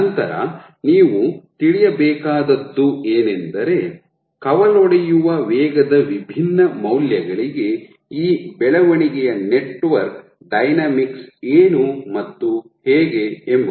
ನಂತರ ನೀವು ತಿಳಿಯಬೇಕಾದದ್ದು ಏನೆಂದರೆ ಕವಲೊಡೆಯುವ ವೇಗದ ವಿಭಿನ್ನ ಮೌಲ್ಯಗಳಿಗೆ ಈ ಬೆಳವಣಿಗೆಯ ನೆಟ್ವರ್ಕ್ ಡೈನಾಮಿಕ್ಸ್ ಏನು ಮತ್ತು ಹೀಗೆ ಎಂಬುದು